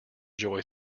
joy